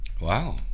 Wow